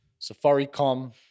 SafariCom